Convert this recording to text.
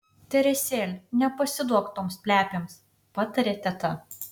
teresėl nepasiduok toms plepėms patarė teta